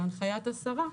בהנחיית השרה,